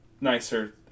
nicer